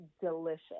delicious